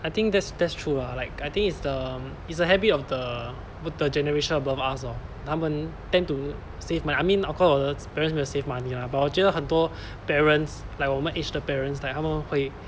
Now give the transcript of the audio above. I think that's that's true lah like I think it's the it's a habit of the the generation above us lor 他们 tend to save I mean 我的 parents 没有 save money lah but 我觉得很多 parents like 我们 age 的 parents like 他们会